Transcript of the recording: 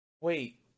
Wait